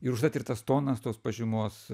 ir užtat ir tas tonas tos pažymos